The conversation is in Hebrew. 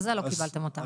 לא קיבלתם אותה.